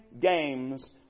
games